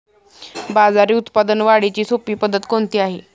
बाजरी उत्पादन वाढीची सोपी पद्धत कोणती आहे?